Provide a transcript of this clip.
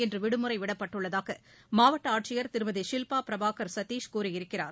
இன்று விடுமுறை விடப்பட்டுள்ளதாக மாவட்ட ஆட்சியர் திருமதி ஷில்பா பிரபாகர் சதீஷ் கூறியிருக்கிறார்